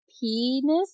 penis